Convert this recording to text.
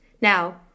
Now